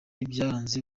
byaranze